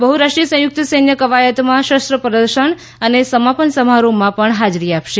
બહુરાષ્ટ્રીય સંયુક્ત સૈન્ય કવાયતમાં શસ્ત્ર પ્રદર્શન અને સમાપન સમારોહમાં પણ હાજરી આપશે